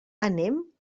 anem